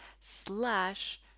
slash